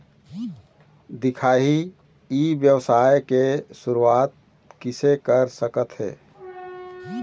दिखाही ई व्यवसाय के शुरुआत किसे कर सकत हे?